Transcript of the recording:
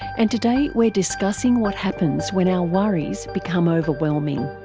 and today we're discussing what happens when our worries become overwhelming.